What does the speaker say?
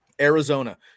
Arizona